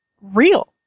real